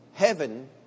Heaven